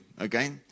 Okay